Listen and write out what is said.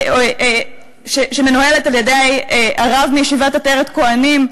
שמנוהלת על-ידי הרב מישיבת "עטרת כוהנים"